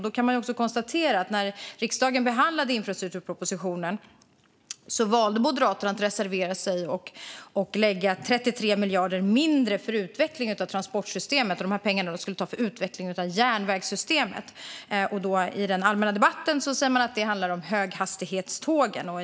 Då kan vi konstatera att när riksdagen behandlade infrastrukturpropositionen valde Moderaterna att reservera sig och lägga 33 miljarder mindre för utvecklingen av transportsystemet. Pengarna skulle tas från utvecklingen av järnvägssystemet. I den allmänna debatten sa man att det handlade om höghastighetstågen.